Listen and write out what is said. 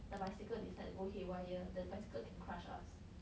the bicycle decide to go haywire the bicycle can crush us